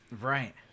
right